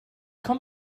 kommt